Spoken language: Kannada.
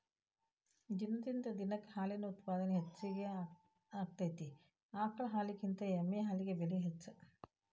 ದಿನದಿಂದ ದಿನಕ್ಕ ಹಾಲಿನ ಉತ್ಪಾದನೆ ಹೆಚಗಿ ಆಗಾಕತ್ತತಿ ಆಕಳ ಹಾಲಿನಕಿಂತ ಎಮ್ಮಿ ಹಾಲಿಗೆ ಬೆಲೆ ಹೆಚ್ಚ